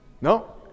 No